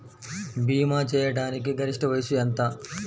భీమా చేయాటానికి గరిష్ట వయస్సు ఎంత?